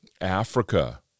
Africa